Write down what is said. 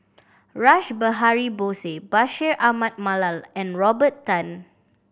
Rash Behari Bose Bashir Ahmad Mallal and Robert Tan